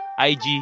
IG